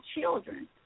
children